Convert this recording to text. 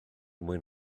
mwyn